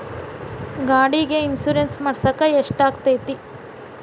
ಗಾಡಿಗೆ ಇನ್ಶೂರೆನ್ಸ್ ಮಾಡಸಾಕ ಎಷ್ಟಾಗತೈತ್ರಿ?